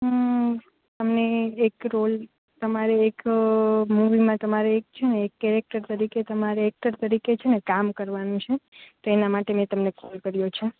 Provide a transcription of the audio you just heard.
હું તમને એક રોલ તમારે એકરોલ તમારે એક મૂવીમાં તમારે એક છેને એક કેરેક્ટર તરીકે તમારે એક્ટર તરીકે છેને કામ કરવાનું છે તો એના માટે મે તમને કોલ કર્યો છે